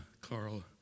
Carl